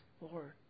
Lord